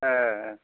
ए